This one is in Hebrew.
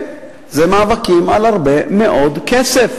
כן, זה מאבקים על הרבה מאוד כסף.